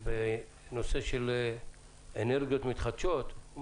בנושא של אנרגיות מתחדשות,